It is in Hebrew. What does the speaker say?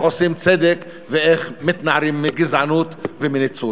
עושים צדק ואיך מתנערים מגזענות ומניצול.